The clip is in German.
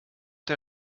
der